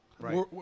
Right